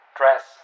dress